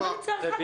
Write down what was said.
למה "לצערך"?